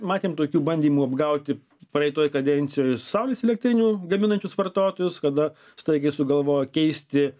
matėm tokių bandymų apgauti praeitoj kadencijoj saulės elektrinių gaminančius vartotojus kada staigiai sugalvojo keisti